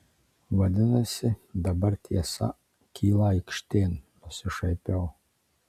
vadinasi dabar tiesa kyla aikštėn nusišaipiau